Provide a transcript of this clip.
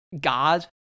God